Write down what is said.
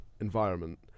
environment